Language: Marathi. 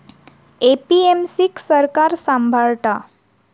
ए.पी.एम.सी क सरकार सांभाळता